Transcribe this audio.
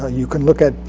ah you can look at